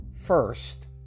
first